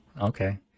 Okay